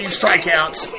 strikeouts